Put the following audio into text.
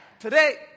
Today